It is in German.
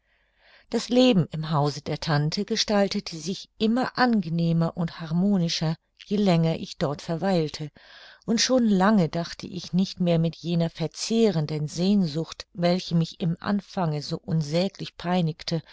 das leben im hause der tante gestaltete sich immer angenehmer und harmonischer je länger ich dort verweilte und schon lange dachte ich nicht mehr mit jener verzehrenden sehnsucht welche mich im anfange so unsäglich peinigte